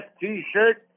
T-shirt